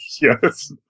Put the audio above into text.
Yes